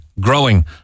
growing